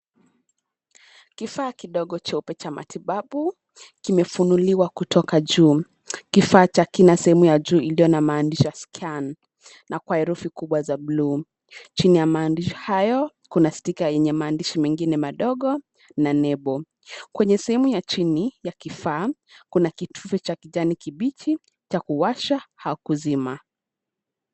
Kifaa kidogo cheupe cha matibabu kimefunuliwa kutoka juu. Kifaa kina sehemu ya juu iliyoandikwa scan na kwa herufi kubwa za buluu. Chini ya maandishi hayo kuna stika yenye maandishi mengine madogo na nembo. Kwenye sehemu ya chini ya kifaa, kuna kitufe cha kijani kibichi cha kuwasha au kuzima.